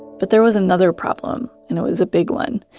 but there was another problem, and it was a big one.